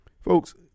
Folks